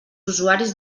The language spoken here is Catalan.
usuaris